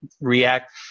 react